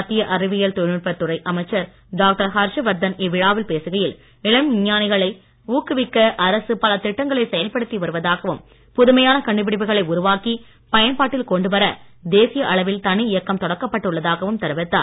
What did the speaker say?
மத்திய அறிவியல் தொழில்நுட்பத் துறை அமைச்சர் டாக்டர் ஹர்ஷ்வர்தன் இவ்விழாவில் பேசுகையில் இளம் விஞ்ஞானிகளை ஊக்குவிக்க அரசு பல திட்டங்களை செயல்படுத்தி வருவதாகவும் புதுமையான கண்டுபிடிப்புகளை உருவாக்கிப் பயன்பாட்டில் கொண்டு வர தேசிய அளவில் தனி இயக்கம் தொடக்கப்பட்டு உள்ளதாகவும் தெரிவித்தார்